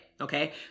okay